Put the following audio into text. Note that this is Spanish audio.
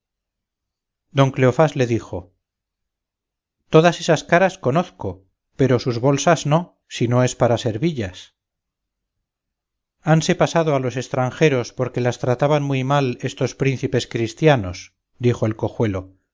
don cleofás le dijo todas esas caras conozco pero sus bolsas no si no es para servillas hanse pasado a los estranjeros porque las trataban muy mal estos príncipes cristianos dijo el